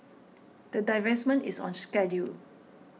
the divestment is on schedule